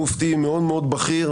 מופתי בכיר מאוד,